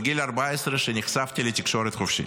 בגיל 14, שנחשפתי לתקשורת חופשית.